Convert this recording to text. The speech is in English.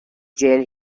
jail